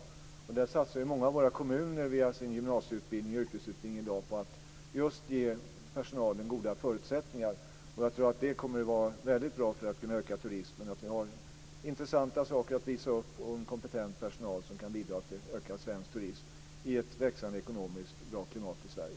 Många kommuner satsar i dag via sin gymnasieutbildning och yrkesutbildning på att just ge personalen goda förutsättningar. Jag tror att det kommer att vara väldigt bra för att öka turismen. Om vi har intressanta saker att visa upp och en kompetent personal kan det bidra till ökad svensk turism i ett bra, växande ekonomiskt klimat i Sverige.